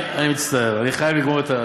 אני מצטער, אני חייב לגמור.